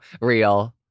Real